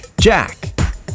jack